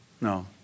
No